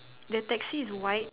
the taxi is white